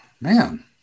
man